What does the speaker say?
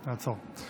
תעצור.